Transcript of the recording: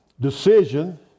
decision